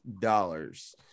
dollars